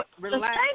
relax